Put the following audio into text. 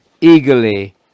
eagerly